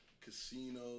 Casino